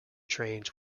trains